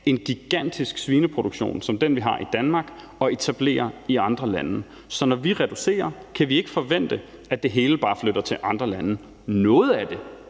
en gigantisk svineproduktion som den, vi har i Danmark, og etablere den i andre lande. Så når vi reducerer, kan vi ikke forvente, at det hele bare flytter til andre lande. Noget af det